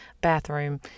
bathroom